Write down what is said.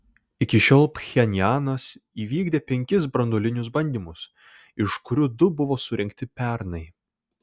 iki šiol pchenjanas įvykdė penkis branduolinius bandymus iš kurių du buvo surengti pernai